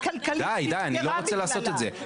די אני לא רוצה לעשות את זה,